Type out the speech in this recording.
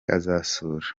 azasura